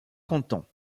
cantons